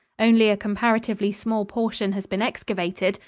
only a comparatively small portion has been excavated,